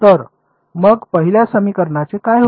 तर मग पहिल्या समीकरणाचे काय होते